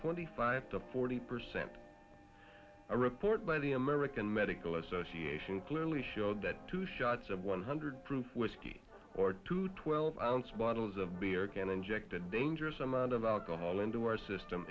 twenty five to forty percent a report by the american medical association clearly showed that two shots of one hundred proof whiskey or two twelve ounce bottles of beer can inject a dangerous amount of alcohol into our system